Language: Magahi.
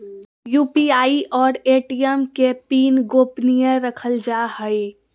यू.पी.आई और ए.टी.एम के पिन गोपनीय रखल जा हइ